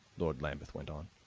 lord lambeth went on.